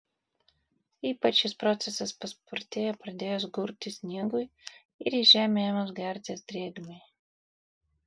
ypač šis procesas paspartėja pradėjus gurti sniegui ir į žemę ėmus gertis drėgmei